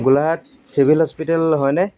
Golaghat civil hospital হয়নে